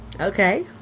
Okay